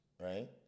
right